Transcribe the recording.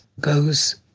goes